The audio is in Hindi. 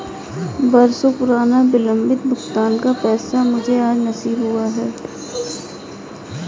बरसों पुराना विलंबित भुगतान का पैसा मुझे आज नसीब हुआ है